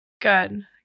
Good